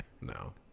No